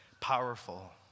powerful